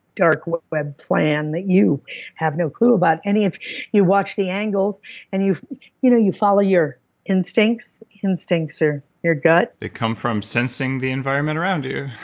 dark web plan that you have no clue about, and if you watch the angles and you you know you follow your instincts, instincts are your gut they come from sensing the environment around you